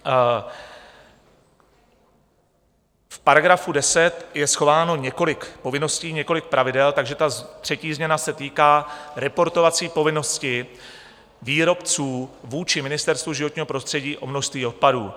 V § 10 je schováno několik povinností, několik pravidel, takže ta třetí změna se týká reportovací povinnosti výrobců vůči Ministerstvu životního prostředí o množství odpadů.